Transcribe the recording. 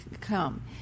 come